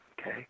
Okay